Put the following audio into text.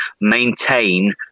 maintain